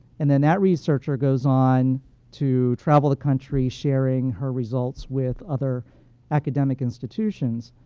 and then that researcher goes on to travel the country sharing her results with other academic institutions,